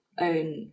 own